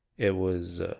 it was